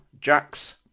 Jacks